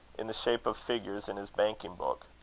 in the shape of figures in his banking book.